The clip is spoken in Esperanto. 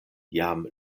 jam